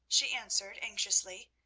she answered anxiously,